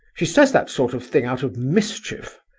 she says that sort of thing out of mischief.